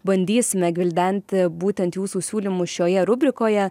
bandysime gvildenti būtent jūsų siūlymų šioje rubrikoje